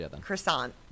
croissant